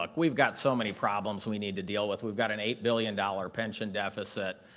like we've got so many problems we need to deal with. we've got an eight billion dollars pension deficit,